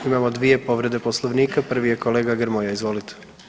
Imamo 2 povrede Poslovnika, prvi je kolega Grmoja izvolite.